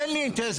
אין לי אינטרס.